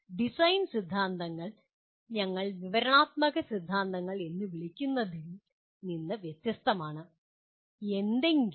design സിദ്ധാന്തങ്ങൾ ഞങ്ങൾ വിവരണാത്മക സിദ്ധാന്തങ്ങൾ എന്ന് വിളിക്കുന്നതിൽ നിന്ന് വ്യത്യസ്തമാണ്